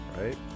right